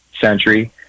century